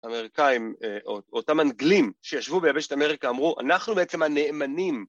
האמריקאים, אותם אנגלים שישבו בישבת אמריקה אמרו אנחנו בעצם הנאמנים